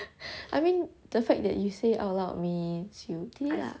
I mean the fact that you say it out loud means you do it lah